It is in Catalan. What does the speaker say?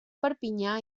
perpinyà